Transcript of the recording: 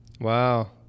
wow